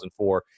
2004